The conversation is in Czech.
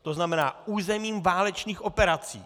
To znamená územím válečných operací.